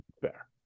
Fair